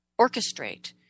orchestrate